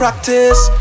Practice